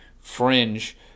fringe